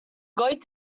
going